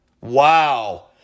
Wow